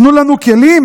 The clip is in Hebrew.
תנו לנו כלים